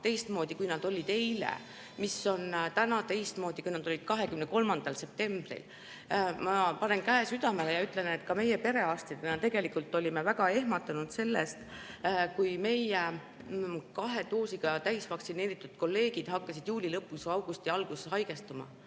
teistmoodi, kui nad olid eile, mis on täna teistmoodi, kui nad olid 23. septembril. Ma panen käe südamele ja ütlen, et ka meie perearstidena olime väga ehmunud, kui meie kahe doosiga täisvaktsineeritud kolleegid hakkasid juuli lõpus või augusti alguses haigestuma.